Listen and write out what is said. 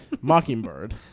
Mockingbird